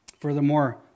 Furthermore